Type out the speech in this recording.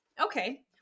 Okay